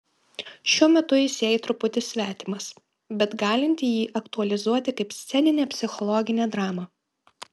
šiuo metu jis jai truputį svetimas bet galinti jį aktualizuoti kaip sceninę psichologinę dramą